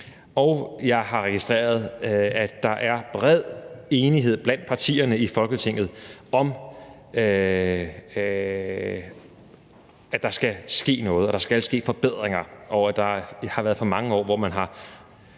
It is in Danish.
Jeg har registreret, at der er bred enighed blandt partierne i Folketinget om, at der skal ske noget,